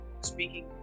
speaking